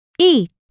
Eat